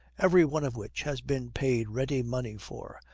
every one of which has been paid ready money for,